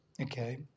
Okay